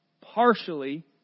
partially